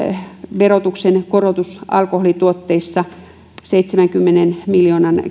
verotuksen korotus alkoholituotteissa seitsemänkymmenen miljoonan